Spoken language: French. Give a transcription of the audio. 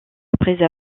après